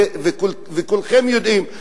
וכולכם יודעים.